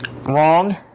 wrong